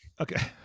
Okay